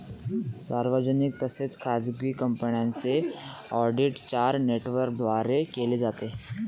सार्वजनिक तसेच खाजगी कंपन्यांचे ऑडिट चार नेटवर्कद्वारे केले जाते